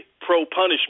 pro-punishment